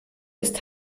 ist